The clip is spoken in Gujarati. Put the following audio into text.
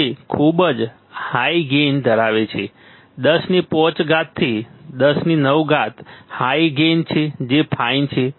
તે ખૂબ જ હાઈ ગેઇન ધરાવે છે 105 થી 109 હાઈ ગેઇન જે ફાઈન છે